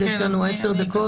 אז יש לנו 10 דקות.